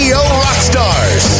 Rockstars